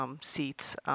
seats